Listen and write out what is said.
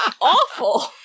awful